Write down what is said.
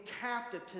captive